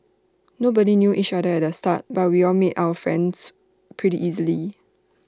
nobody knew each other at the start but we all made our friends pretty easily